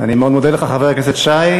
אני מאוד מודה לך, חבר הכנסת שי.